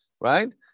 right